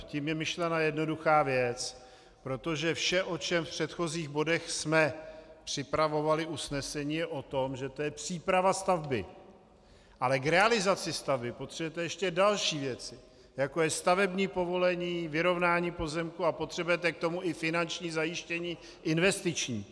Tím je myšlena jednoduchá věc, protože vše, o čem jsme v předchozích bodech připravovali usnesení, je o tom, že to je příprava stavby, ale k realizaci stavby potřebujete ještě další věci, jako je stavební povolení, vyrovnání pozemků, a potřebujete k tomu i finanční zajištění investiční.